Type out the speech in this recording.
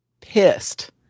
pissed